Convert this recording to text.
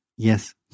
Yes